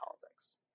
politics